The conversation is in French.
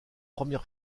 première